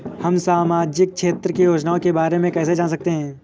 हम सामाजिक क्षेत्र की योजनाओं के बारे में कैसे जान सकते हैं?